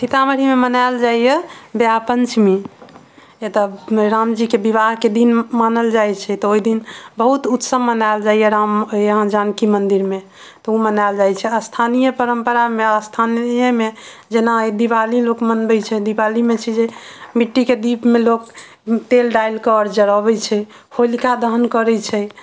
सीतामढ़ी मे मनायल जाइया ब्याह पंचमी एतौ रामजी के विवाह के दिन मानल जाइ छै तऽ ओ ओहि दिन बहुत उत्सव मनायल जाइया राम यहाँ जानकी मंदिर मे तऽ ओ मनायल जाइ छै स्थानीय परम्परा मे स्थानीय मे जेना आइ दीवाली लोक मनबै दीवाली मे छै जे मिट्टी के दीप मे लोक तेल डालि के आओर जरऽबै छै होलिका दहन करै छै